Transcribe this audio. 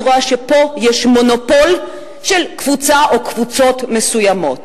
אני רואה שפה יש מונופול של קבוצה או קבוצות מסוימות.